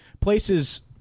places